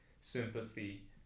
sympathy